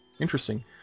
interesting